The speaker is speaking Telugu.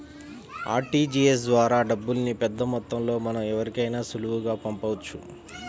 ఆర్టీజీయస్ ద్వారా డబ్బుల్ని పెద్దమొత్తంలో మనం ఎవరికైనా సులువుగా పంపించవచ్చు